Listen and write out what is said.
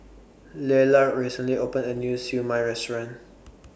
Lelar recently opened A New Siew Mai Restaurant